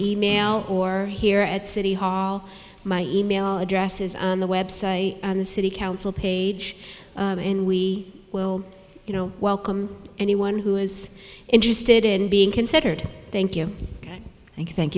email or here at city hall my email address is on the website of the city council page and we will you know welcome anyone who is interested in being considered thank you thank you thank